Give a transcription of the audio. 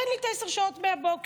תן לי את עשר השעות מהבוקר.